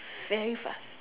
very fast